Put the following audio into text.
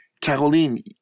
Caroline